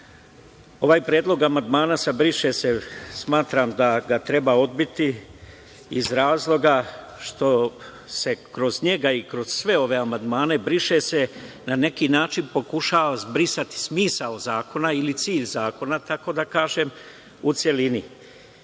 Ovaj predlog amandmana briše se smatram da treba odbiti iz razloga što se kroz njega i sve ove amandmane briše se, na neki način pokušava zbrisati smisao zakona ili cilj zakona, tako da kažem, u celini. Mislim